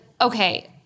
okay